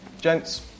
Gents